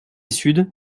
sud